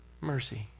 Mercy